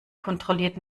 kontrolliert